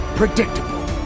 predictable